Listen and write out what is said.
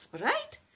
right